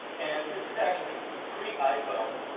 and this is actually pre-iphone.